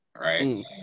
Right